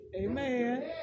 Amen